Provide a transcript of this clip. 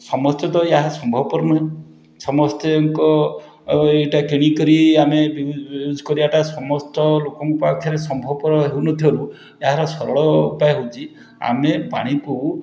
ସମସ୍ତେ ତ ଏହା ସମ୍ଭବପର ନୁହେଁ ସମସ୍ତଙ୍କ ଓ ଏଇଟା କିଣିକରି ଆମେ ବି ୟୁଜ୍ କରିବାଟା ସମସ୍ତ ଲୋକଙ୍କ ପାଖରେ ସମ୍ଭବପର ହେଉନଥିବାରୁ ଏହାର ସରଳ ଉପାୟ ହେଉଛି ଆମେ ପାଣିକୁ